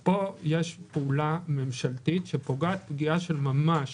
פה יש פעולה ממשלתית שפוגעת פגיעה של ממש,